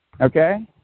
okay